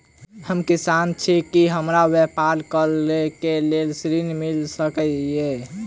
हम किसान छी की हमरा ब्यपार करऽ केँ लेल ऋण मिल सकैत ये?